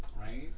Right